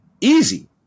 Easy